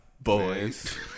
Boys